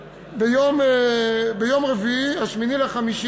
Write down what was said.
ביום רביעי, 8 במאי,